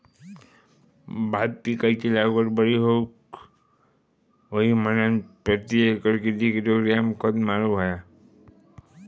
भात पिकाची लागवड बरी होऊक होई म्हणान प्रति एकर किती किलोग्रॅम खत मारुक होया?